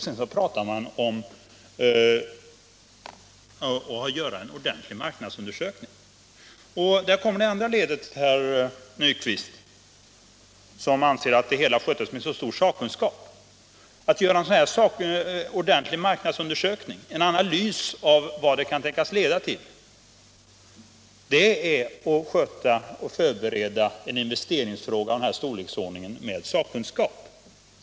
Sedan pratar man om en ordentlig marknadsundersökning! Herr Nyquist anser att det hela sköttes med stor sakkunskap. Att göra en analys av det slag jag har talat om är att förbereda en investering av denna storleksordning med sakkunskap.